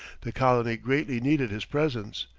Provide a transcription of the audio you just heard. the colony greatly needed his presence.